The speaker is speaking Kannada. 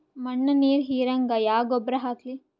ಮಣ್ಣ ನೀರ ಹೀರಂಗ ಯಾ ಗೊಬ್ಬರ ಹಾಕ್ಲಿ?